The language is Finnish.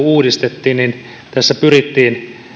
uudistettiin niin tässä pyrittiin